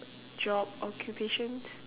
job occupations